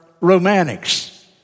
romantics